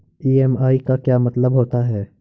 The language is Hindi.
ई.एम.आई का क्या मतलब होता है?